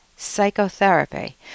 psychotherapy